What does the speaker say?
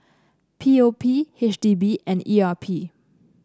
P O P H D B and E R P